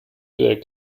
their